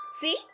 See